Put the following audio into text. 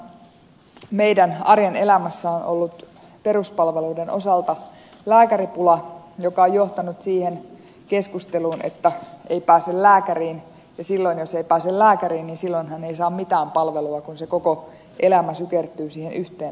suurimpana ongelmana meidän arjen elämässämme on ollut peruspalveluiden osalta lääkäripula joka on johtanut siihen keskusteluun että ei pääse lääkäriin ja silloinhan jos ei pääse lääkäriin ei saa mitään palveluja kun se koko elämä sykertyy siihen yhteen asiaan